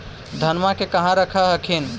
धनमा के कहा रख हखिन?